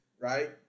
right